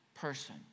person